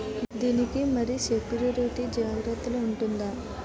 దీని కి మరి సెక్యూరిటీ జాగ్రత్తగా ఉంటుందా?